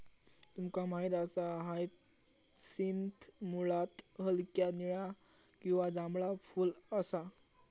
तुमका माहित असा हायसिंथ मुळात हलक्या निळा किंवा जांभळा फुल असा